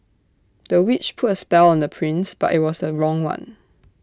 the witch put A spell on the prince but IT was A wrong one